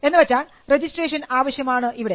എന്ന് വച്ചാൽ രജിസ്ട്രേഷൻ ആവശ്യമാണ് ഇവിടെ